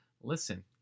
listen